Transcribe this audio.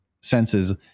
senses